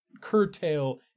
curtail